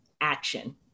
action